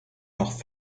noch